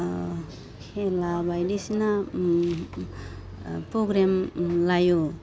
खेला बायदिसिना प्रग्राम लायो